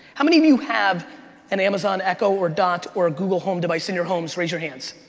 how many of you have an amazon echo or dot or a google home device in your homes? raise your hands.